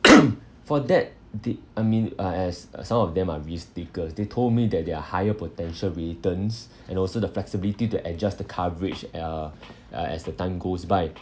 for that did I mean uh as uh some of them are risk takers they told me that there are higher potential returns and also the flexibility to adjust the coverage uh uh as the time goes by